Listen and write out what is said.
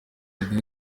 mirongo